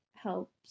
Helps